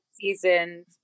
seasons